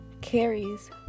carries